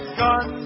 gun